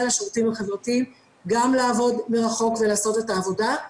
לשירותים החברתיים גם לעבוד מרחוק ולעשות את העבודה.